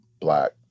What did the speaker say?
Black